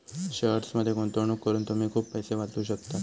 शेअर्समध्ये गुंतवणूक करून तुम्ही खूप पैसे वाचवू शकतास